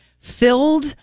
Filled